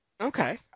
Okay